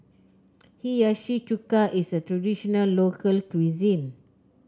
Hiyashi Chuka is a traditional local cuisine